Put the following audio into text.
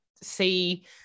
see